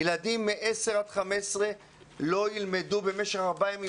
ילדים בגיל 10 עד 15 לא ילמדו במשך ארבעה ימים,